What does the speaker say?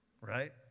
right